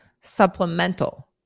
Supplemental